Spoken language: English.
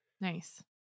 Nice